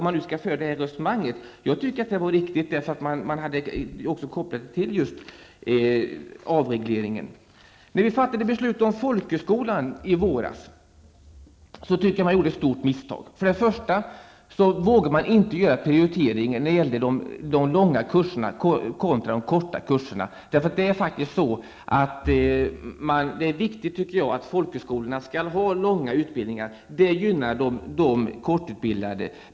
Jag tycker emellertid att detta var ett riktigt beslut, eftersom det kopplades till denna avreglering. När vi i våras fattade beslut om folkhögskolan gjorde vi ett stort misstag såsom jag ser det. Man vågade inte prioritera de långa kurserna kontra de korta kurserna. Det är viktigt att folkhögskolorna har långa utbildningar. Det gynnar de kortutbildade.